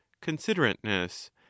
Considerateness